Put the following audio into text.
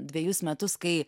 dvejus metus kai